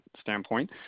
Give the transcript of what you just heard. standpoint